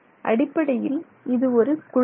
அடிப்படையில் இது ஒரு குழல்